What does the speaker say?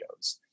videos